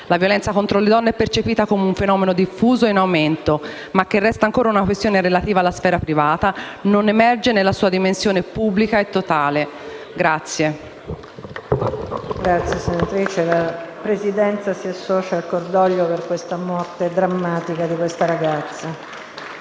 La violenza contro le donne è percepita come un fenomeno diffuso e in aumento, ma che resta ancora una questione relativa alla sfera privata, non emerge nella sua dimensione pubblica e totale. *(Applausi dai Gruppi PD e Misto)*. PRESIDENTE. La Presidenza si associa al cordoglio per la morte drammatica di questa ragazza.